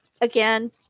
Again